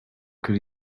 could